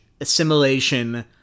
assimilation